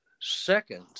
second